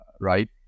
right